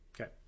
Okay